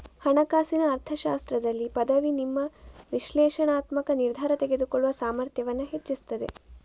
ಹಣಕಾಸಿನ ಅರ್ಥಶಾಸ್ತ್ರದಲ್ಲಿ ಪದವಿ ನಿಮ್ಮ ವಿಶ್ಲೇಷಣಾತ್ಮಕ ನಿರ್ಧಾರ ತೆಗೆದುಕೊಳ್ಳುವ ಸಾಮರ್ಥ್ಯವನ್ನ ಹೆಚ್ಚಿಸ್ತದೆ